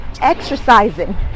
exercising